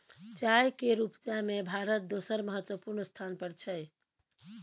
चाय केर उपजा में भारत दोसर महत्वपूर्ण स्थान पर छै